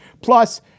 Plus